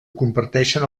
comparteixen